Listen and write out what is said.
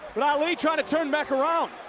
now ali trying to turn back around.